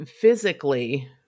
physically